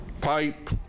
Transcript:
pipe